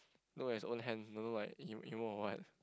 look at his own hand dunno like him emo or what